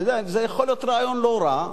אתה יודע, זה יכול להיות רעיון לא רע,